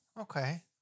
okay